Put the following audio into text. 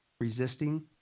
resisting